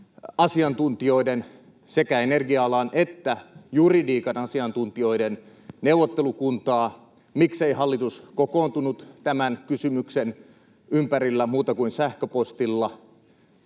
asiantuntijoiden, sekä energia-alan että juridiikan asiantuntijoiden, neuvottelukuntaa? Miksei hallitus kokoontunut tämän kysymyksen ympärillä muuta kuin sähköpostilla?